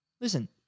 Listen